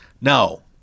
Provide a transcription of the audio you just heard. No